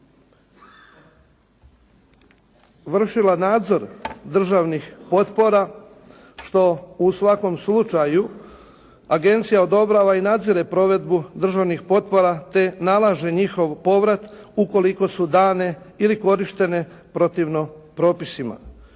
vršila nadzor državnih potpora što u svakom slučaju agencija odobrava i nadzire provedbu državnih potpora te nalaže njihov povrat ukoliko su dane ili korištene protivno propisima.